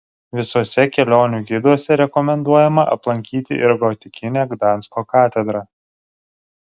visuose kelionių giduose rekomenduojama aplankyti ir gotikinę gdansko katedrą